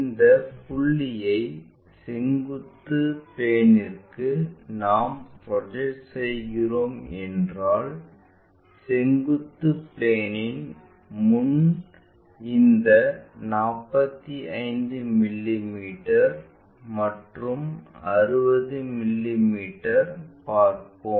இந்த புள்ளியை செங்குத்து பிளேன்இல் நாம் ப்ரொஜெக்ட் செய்கிறோம் என்றால் செங்குத்து பிளேன்இன் முன் இந்த 45 மிமீ மற்றும் 60 மிமீ பார்ப்போம்